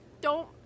Don't-